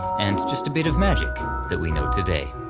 and just a bit of magic that we know today.